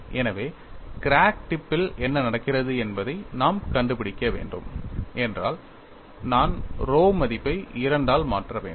எனவே crack tip பில் என்ன நடக்கிறது என்பதை நான் கண்டுபிடிக்க வேண்டும் என்றால் நான் rho மதிப்பை 2 ஆல் மாற்ற வேண்டும்